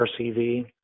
RCV